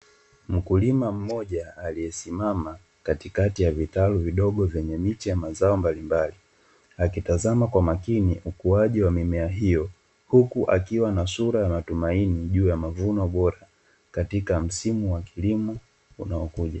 Mkulima mmoja aliyesimama katikati ya vitalu vidogo vyenye miche ya mazao mbalimbali, akitazama kwa makini ukuaji wa mimea hiyo, huku akiwa na sura ya matumaini juu ya mavuno bora katika msimu wa kilimo unaokuja.